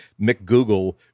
McGoogle